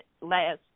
last